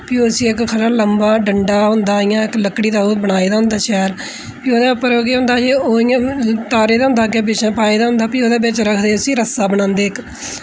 भी उसी इक खड़ा लंबा डंडा होंदा इ'यां इक लकड़ी दा बनाए दा होंदा शैल फ्ही ओह्दे उप्पर ओह बी ओह्दा तारें दा होंदा अग्गै पिच्छै पाए दा होंदा बिच रखदे उसी रस्सा बनांदे इक